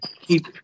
keep